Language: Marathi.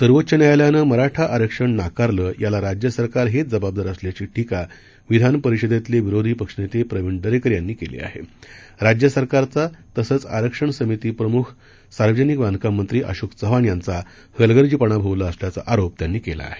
सर्वोच्च न्यायालयानं मराठा आरक्षण हे नाकारलं याला राज्य सरकार हेच जबाबदार असल्याची टीका विधान परिषदेतले विरोधी पक्ष नेते प्रविण दरेकर यांनी केली आहे राज्य सरकारचा तसंच आरक्षण समिती प्रमुख सार्वजनिक बांधकाम मंत्री अशोक चव्हाण यांचा हलगर्जीपणा भोवला असल्याचा आरोप त्यांनी केला आहे